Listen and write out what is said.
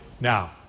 now